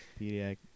Pediatric